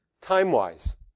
time-wise